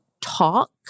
talk